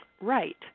right